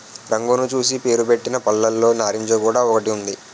రంగును చూసి పేరుపెట్టిన పళ్ళులో నారింజ కూడా ఒకటి ఉంది